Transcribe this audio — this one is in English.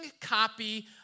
copy